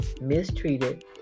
mistreated